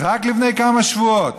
רק לפני כמה שבועות,